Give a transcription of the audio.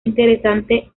interesante